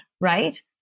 right